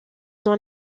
dans